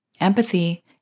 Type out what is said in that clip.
empathy